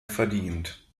verdient